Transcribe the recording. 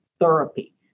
therapy